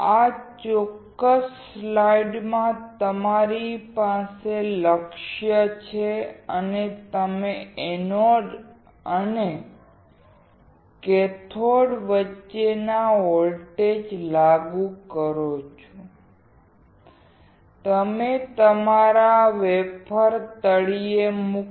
આ ચોક્કસ સ્લાઇડમાં તમારી પાસે લક્ષ્ય છે અને તમે એનોડ અને કેથોડ વચ્ચે વોલ્ટેજ લાગુ કરો છો તમે તમારા વેફર તળિયે મૂકો